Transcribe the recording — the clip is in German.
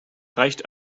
reicht